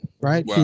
right